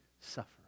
suffer